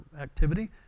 activity